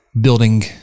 building